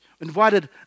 invited